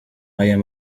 aya